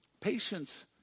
Patience